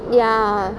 ya